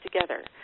together